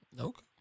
Okay